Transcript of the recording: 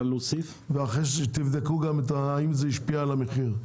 אחרי שיבדקו האם זה השפיע על המחיר.